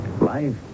Life